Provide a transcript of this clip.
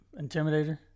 Intimidator